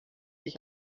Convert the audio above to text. ich